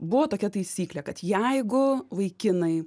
buvo tokia taisyklė kad jeigu vaikinai